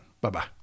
bye-bye